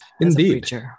indeed